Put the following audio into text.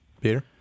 peter